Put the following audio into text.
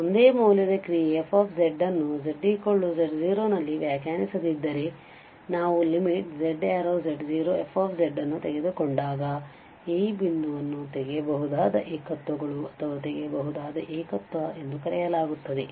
ಒಂದೇ ಮೌಲ್ಯದ ಕ್ರಿಯೆ f ಅನ್ನು z z0 ನಲ್ಲಿ ವ್ಯಾಖ್ಯಾನಿಸದಿದ್ದರೆ ನಾವು z→z0⁡f ಅನ್ನು ತೆಗೆದುಕೊಂಡಾಗ ಈ ಬಿಂದುವನ್ನು ತೆಗೆಯಬಹುದಾದ ಏಕತ್ವಗಳು ಅಥವಾ ತೆಗೆಯಬಹುದಾದ ಏಕತ್ವ ಎಂದು ಕರೆಯಲಾಗುತ್ತದೆ